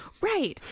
Right